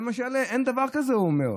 אין דבר כזה, הוא אומר.